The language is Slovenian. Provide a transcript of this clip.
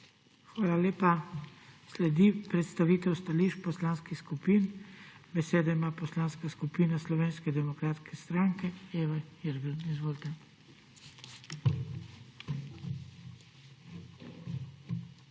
Hvala lepa. Sledi predstavitev stališč poslanskih skupin. Besedo ima Poslanska skupina Slovenske demokratske stranke, Eva Irgl. Izvolite.